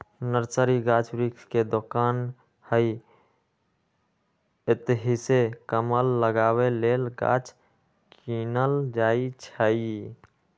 nursery गाछ वृक्ष के दोकान हइ एतहीसे कलम लगाबे लेल गाछ किनल जाइ छइ